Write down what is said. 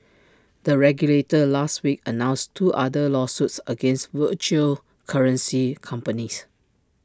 the regulator last week announced two other lawsuits against virtual currency companies